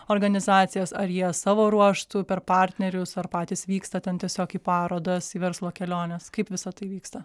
organizacijas ar jie savo ruožtu per partnerius ar patys vyksta ten tiesiog į parodos į verslo keliones kaip visa tai vyksta